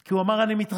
כי הוא אמר: אני מתרסק.